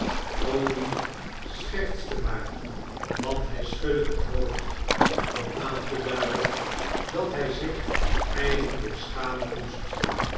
toby schextste maar want hij schudde het hoofd om aan te duiden dat hij zich eigenlijk schamen moest